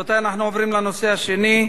רבותי, נרשמו הדברים שלך.